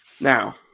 now